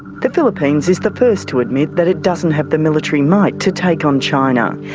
the philippines is the first to admit that it doesn't have the military might to take on china.